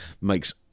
makes